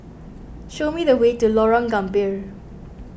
show me the way to Lorong Gambir